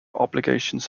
obligations